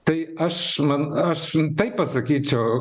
tai aš man aš taip pasakyčiau